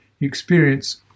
experience